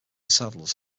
saddles